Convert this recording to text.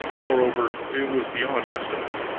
moreover, it was beyond estimate.